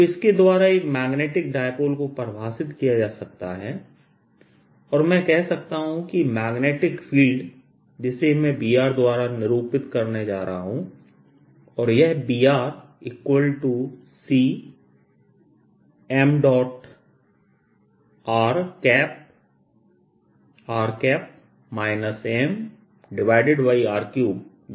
तो इसके द्वारा एक मैग्नेटिक डाइपोल को परिभाषित किया जा सकता है है और मैं कह सकता हूं कि मैग्नेटिक फील्ड जिसे मैं B द्वारा निरूपित करने जा रहा हूं और यह BC3mrr mr3 द्वारा दिया जाता है